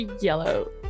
yellow